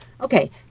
Okay